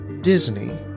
Disney